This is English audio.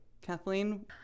kathleen